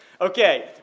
Okay